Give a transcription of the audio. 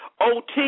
OT